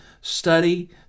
study